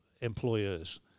employers